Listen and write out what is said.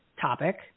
topic